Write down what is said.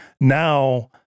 Now